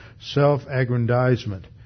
self-aggrandizement